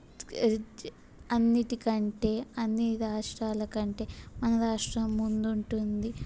అన్నింటి కంటే అన్నీ రాష్ట్రాల కంటే మన రాష్ట్రం ముందు ఉంటుంది